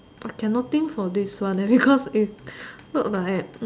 I cannot think for this one because if not like I am